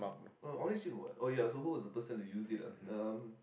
uh original word oh ya so who was the person to used it ah um